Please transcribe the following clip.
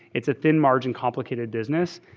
it's a thin margin, complicated business.